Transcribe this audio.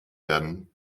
werden